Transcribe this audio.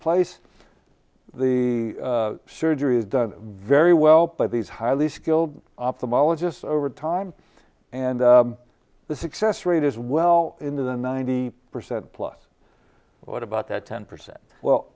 place the surgery is done very well by these highly skilled ophthalmologist over time and the success rate is well into the ninety percent plus what about that ten percent well